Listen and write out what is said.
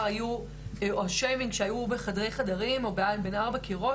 היו בחדר חדרים או בין ארבע קירות,